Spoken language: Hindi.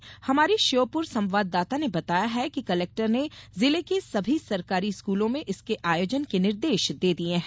उधर हमारे श्योपुर संवाददाता ने बताया है कि जिला कलेक्टर ने श्योप्र के सभी सरकारी स्कूलों में इसके आयोजन के निर्देश दे दिये हैं